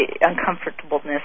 uncomfortableness